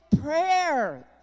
prayer